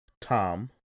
Tom